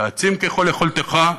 תעצים ככל יכולתך,